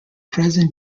present